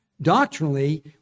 Doctrinally